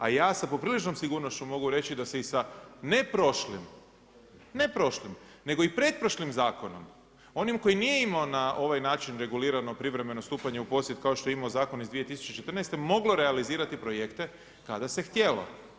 A ja sa popriličnom sigurnošću mogu reći da se i sa ne prošlim, ne prošlim nego i pretprošlim zakonom, onim koji nije imao na ovaj način regulirano privremeno stupanje u posjed kao što je imao Zakon iz 2014. moglo realizirati projekte kada se htjelo.